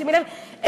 שימו לב,